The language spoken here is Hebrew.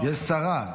יש שרה.